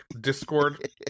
discord